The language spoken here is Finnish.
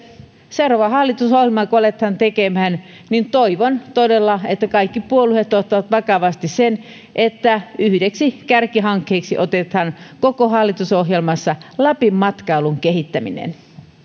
seuraavaa hallitusohjelmaa kun aletaan tekemään niin toivon todella että kaikki puolueet ottavat vakavasti sen että yhdeksi kärkihankkeeksi otetaan koko hallitusohjelmassa lapin matkailun kehittäminen